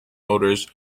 motors